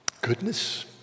goodness